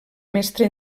mestre